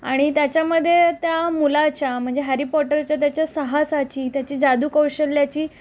आणि त्याच्यामध्ये त्या मुलाच्या म्हणजे हॅरी पॉटरच्या त्याच्या सहसाची त्याची जादूकौशल्याची